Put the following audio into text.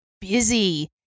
busy